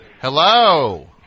hello